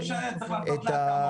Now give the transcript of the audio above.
צריך הצעת חוק,